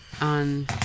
On